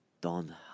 Don